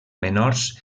menors